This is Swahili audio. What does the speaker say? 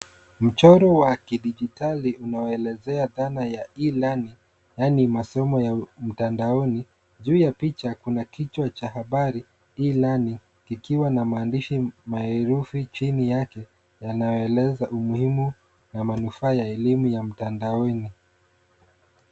Mchoro wa kijidigitali unaoelezea dhana ya E-learning yaani masomo ya mtandaoni. Juu ya picha Kuna kichwa cha habari E-learning kikiwa na maandishi na herufi chini yake,,yanayoeleza umuhimu na manufaa ya elimu ya mtandaoni.